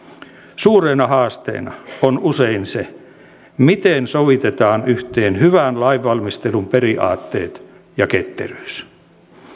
suurena haasteena on usein se miten sovitetaan yhteen hyvän lainvalmistelun periaatteet ja ketteryys